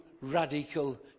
radical